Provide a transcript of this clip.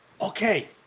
Okay